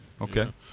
Okay